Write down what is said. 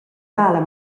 tala